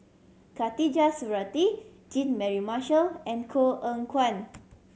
Khatijah Surattee Jean Mary Marshall and Koh Eng Kian